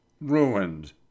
Ruined